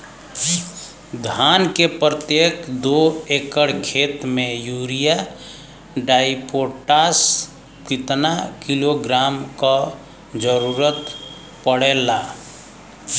धान के प्रत्येक दो एकड़ खेत मे यूरिया डाईपोटाष कितना किलोग्राम क जरूरत पड़ेला?